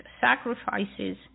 sacrifices